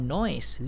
noise